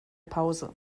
pause